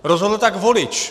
Rozhodl tak volič.